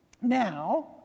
Now